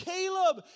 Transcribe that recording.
Caleb